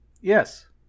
Yes